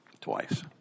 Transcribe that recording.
twice